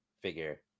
figure